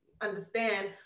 understand